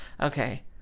Okay